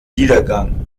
niedergang